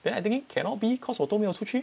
then I thinking cannot be cause 我都没有出去